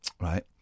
right